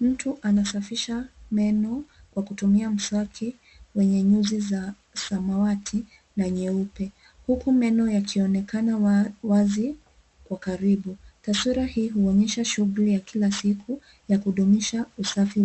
Mtu anasafisha meno kwa kutumia mswaki wenye nyuzi za samawati na nyeupe, huku meno yakionekana wazi kwa karibu. Taswira hii huonyesha shughuli ya kila siku ya kudumisha usafi